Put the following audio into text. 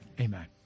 Amen